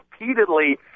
repeatedly